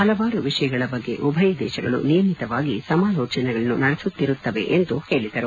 ಹಲವಾರು ವಿಷಯಗಳ ಬಗ್ಗೆ ಉಭಯದೇಶಗಳು ನಿಯಮಿತವಾಗಿ ಸಮಾಲೋಚನೆಗಳನ್ನು ನಡೆಸುತ್ತಿರುತ್ತವೆ ಎಂದು ಹೇಳಿದರು